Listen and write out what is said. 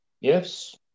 Yes